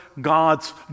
God's